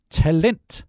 talent